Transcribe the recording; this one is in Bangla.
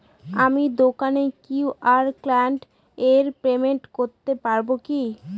আমি দোকানে কিউ.আর স্ক্যান করে পেমেন্ট করতে পারবো কি?